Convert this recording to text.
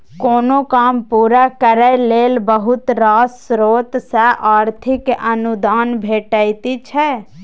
कोनो काम पूरा करय लेल बहुत रास स्रोत सँ आर्थिक अनुदान भेटय छै